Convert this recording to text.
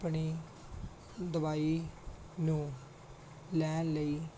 ਆਪਣੀ ਦਵਾਈ ਨੂੰ ਲੈਣ ਲਈ